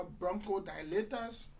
bronchodilators